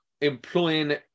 employing